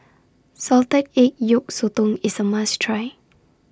Salted Egg Yolk Sotong IS A must Try